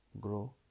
grow